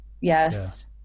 yes